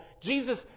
Jesus